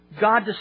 God